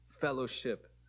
fellowship